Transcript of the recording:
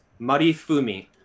Marifumi